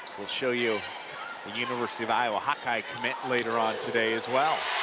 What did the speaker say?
we'll show you a university of iowa hawkeye commit later on today as well